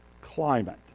climate